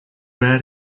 bad